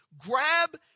Grab